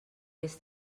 les